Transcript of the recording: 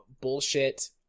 Bullshit